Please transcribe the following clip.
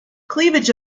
cleavage